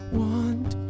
want